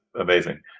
amazing